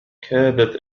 كادت